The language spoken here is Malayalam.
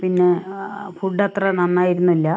പിന്നെ ആ ഫുഡ് അത്ര നന്നായിരുന്നില്ല